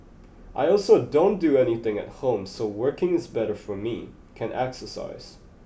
I also don't do anything at home so working is better for me can exercise